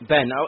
Ben